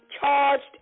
charged